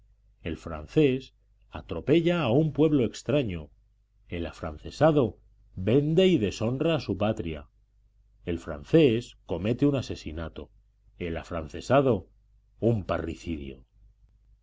el francés atropella a un pueblo extraño el afrancesado vende y deshonra a su patria el francés comete un asesinato el afrancesado un parricidio